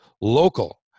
local